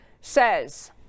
says